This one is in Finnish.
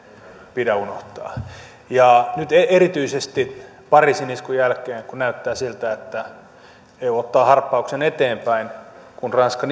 pidä unohtaa nyt erityisesti pariisin iskun jälkeen kun näyttää siltä että eu ottaa harppauksen eteenpäin kun ranska